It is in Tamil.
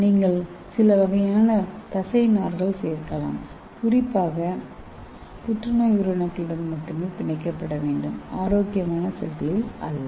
நீங்கள் சில வகையான தசைநார்கள் சேர்க்கலாம் இது குறிப்பாக புற்றுநோய் உயிரணுக்களுடன் மட்டுமே பிணைக்கப்பட வேண்டும் ஆரோக்கியமான செல்களில் அல்ல